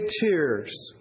tears